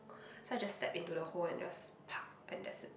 so I just step into the hole and just !pa! and that's it